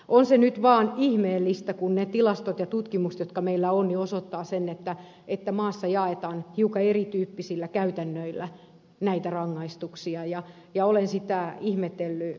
on se nyt vaan ihmeellistä kun ne tilastot ja tutkimukset jotka meillä on osoittavat sen että maassa jaetaan hiukan erityyppisillä käytännöillä näitä rangaistuksia ja olen sitä ihmetellyt